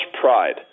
pride